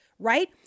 Right